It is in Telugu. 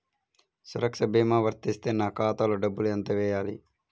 సురక్ష భీమా వర్తిస్తే నా ఖాతాలో డబ్బులు ఎంత వేయాలి?